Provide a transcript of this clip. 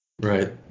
Right